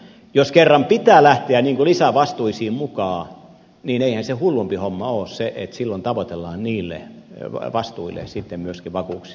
jos kerran pitää lähteä lisävastuisiin mukaan niin eihän se hullumpi homma ole että silloin tavoitellaan niille vastuille sitten myöskin vakuuksia